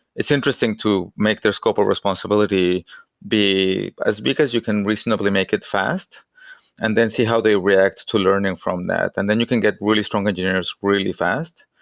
it's interesting to make their scope of responsibility be because you can reasonably make it fast and then see how they react to learning from that. and then you can get really strong engineers really fast,